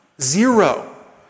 Zero